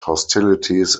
hostilities